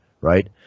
right